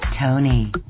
Tony